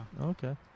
Okay